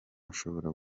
ashobora